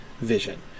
vision